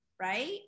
right